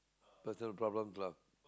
personal problems lah